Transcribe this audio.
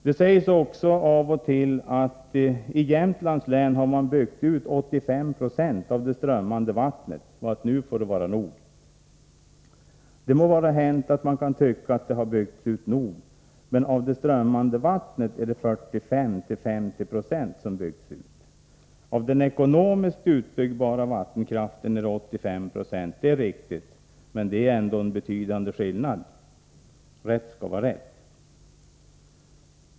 Det sägs också av och till att man i Jämtlands län har byggt ut 85 90 av det strömmande vattnet och att det nu får vara nog. Det må vara hänt att man kan tycka att det har byggts ut nog, men av det strömmande vattnet är det 45-50 90 som byggts ut. Av den ekonomiskt utbyggbara vattenkraften är det 85 90 — det är riktigt — men det är ändå en betydande skillnad. Rätt skall vara rätt.